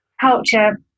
culture